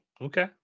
Okay